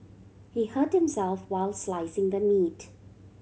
he hurt himself while slicing the meat